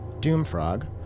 doomfrog